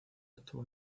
obtuvo